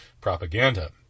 propaganda